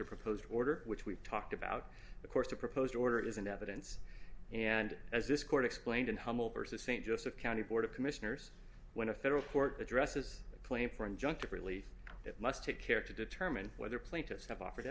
the proposed order which we talked about of course the proposed order isn't evidence and as this court explained and humble versus st joseph county board of commissioners when a federal court addresses a claim for injunctive relief it must take care to determine whether plaintiffs have offered